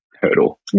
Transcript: hurdle